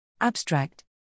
Abstract